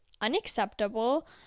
unacceptable